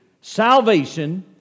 salvation